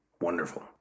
Wonderful